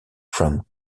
from